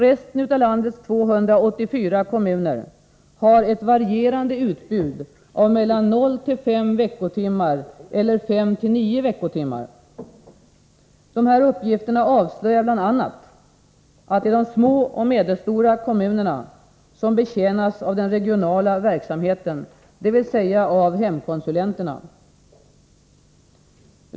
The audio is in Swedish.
Resten av de 284 kommunerna i landet har ett utbud som varierar mellan 0-5 veckotimmar och 5-9 veckotimmar. Dessa uppgifter avslöjar bl.a. att det är de små och medelstora kommunerna som betjänas av den regionala verksamheten, dvs. av hemkonsulenterna.